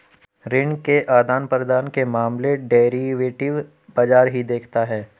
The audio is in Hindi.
ऋण के आदान प्रदान के मामले डेरिवेटिव बाजार ही देखता है